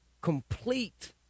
complete